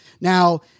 Now